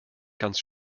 ganz